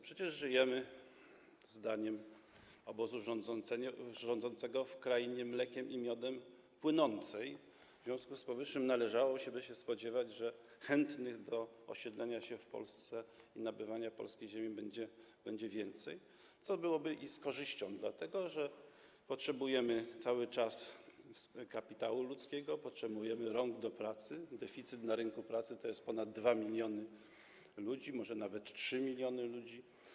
Przecież żyjemy, zdaniem obozu rządzącego, w krainie mlekiem i miodem płynącej, w związku z powyższym należałoby się spodziewać, że chętnych do osiedlania się w Polsce i nabywania polskiej ziemi będzie więcej, co byłoby z korzyścią, dlatego że potrzebujemy cały czas kapitału ludzkiego, potrzebujemy rąk do pracy, bo deficyt na rynku pracy to ponad 2 mln, może nawet 3 mln ludzi.